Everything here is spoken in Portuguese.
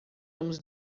vamos